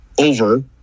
over